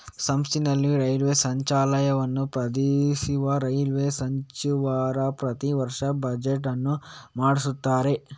ಸಂಸತ್ತಿನಲ್ಲಿ ರೈಲ್ವೇ ಸಚಿವಾಲಯವನ್ನು ಪ್ರತಿನಿಧಿಸುವ ರೈಲ್ವೇ ಸಚಿವರು ಪ್ರತಿ ವರ್ಷ ಬಜೆಟ್ ಅನ್ನು ಮಂಡಿಸುತ್ತಾರೆ